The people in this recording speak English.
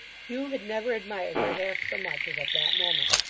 hugh had never admired her half so much as at that moment.